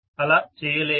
అలా చేయలేము